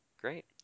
Great